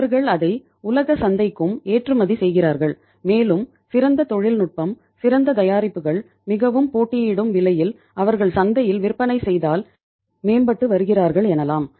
அவர்கள் அதை உலக சந்தைகளுக்கும் ஏற்றுமதி செய்கிறார்கள் மேலும் சிறந்த தொழில்நுட்பம் சிறந்த தயாரிப்புகள் மிகவும் போட்டியிடும் விலையில் அவர்கள் சந்தையில் விற்பனை செய்தால் மேம்பட்டு வருகிறார்கள் எனலாம்